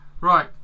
Right